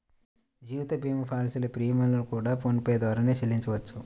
జీవిత భీమా పాలసీల ప్రీమియం లను కూడా ఫోన్ పే ద్వారానే చెల్లించవచ్చు